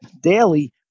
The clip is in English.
daily